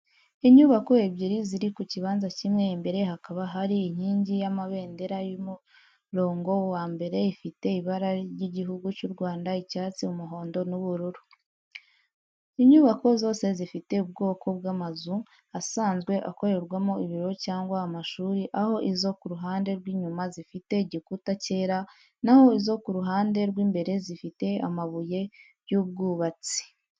Inyubako ebyiri ziri ku kibanza kimwe imbere hakaba hari inkingi y’amabendera y’umurongo wa mbere ifite ibara ry’igihugu cy’u Rwanda icyatsi, umuhondo, n’ubururu. Inyubako zose zifite ubwoko bw’amazu asanzwe akorerwamo ibiro cyangwa amashuri aho izo ku ruhande rw’inyuma zifite igikuta cyera, naho izo ku ruhande rw’imbere zifite amabuye y’ubwubatsi.